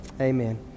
Amen